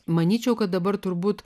manyčiau kad dabar turbūt